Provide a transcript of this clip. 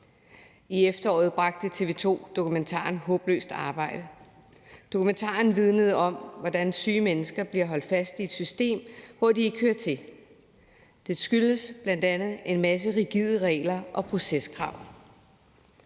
I efteråret bragte TV 2 dokumentaren »Håbløst arbejde«. Dokumentaren vidnede om, hvordan syge mennesker bliver holdt fast i et system, hvor de ikke hører til. Det skyldes bl.a. en masse rigide regler og proceskrav.